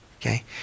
Okay